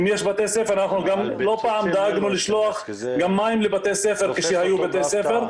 אנחנו גם לא פעם דאגנו לשלוח לבתי ספר כשהיו בתי ספר,